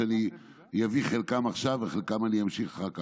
שאני אביא את חלקם עכשיו ואת חלקם אני אמשיך אחר כך.